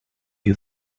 you